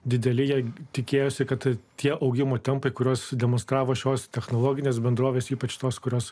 dideli jie tikėjosi kad tie augimo tempai kuriuos demonstravo šios technologinės bendrovės ypač tos kurios